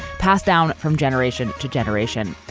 passed down from generation to generation.